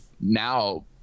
now